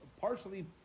partially